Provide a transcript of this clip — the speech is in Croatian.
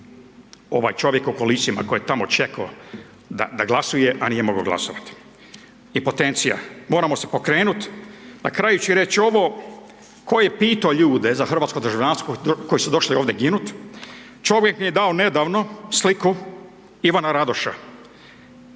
ovaj čovjek u kolicima koji je tamo čekao da glasuje, a nije mogao glasovati. Impotencija. Moramo se pokrenuti. Na kraju ću reći ovo, tko je pitao ljude za hrvatsko državljanstvo koji su došli ovdje ginuti. Čovjek mi je dao nedavno sliku Ivana Radoša,